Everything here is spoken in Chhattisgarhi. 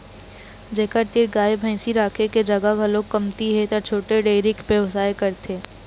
जेखर तीर गाय भइसी राखे के जघा घलोक कमती हे त छोटे डेयरी के बेवसाय करथे